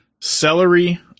celery